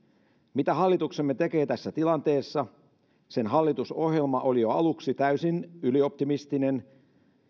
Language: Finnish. mitä hallituksemme tekee tässä tilanteessa sen hallitusohjelma oli jo aluksi täysin ylioptimistinen